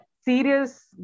serious